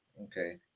Okay